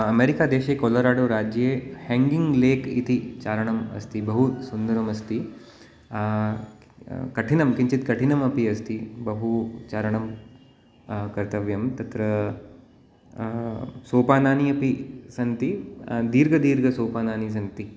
अमेरिकादेशे कोलराडो राज्ये hanging lake इति चारणम् अस्ति बहु सुन्दरम् अस्ति कठिनं किञ्चित् कठिनमपि अस्ति बहु चरणं कर्तव्यं तत्र सोपानानि अपि सन्ति दीर्घ दीर्घ सोपानानि सन्ति